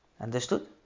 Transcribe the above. Understood